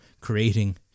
creating